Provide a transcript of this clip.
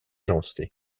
lancée